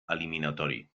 eliminatori